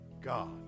God